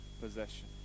possession